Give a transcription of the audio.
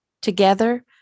Together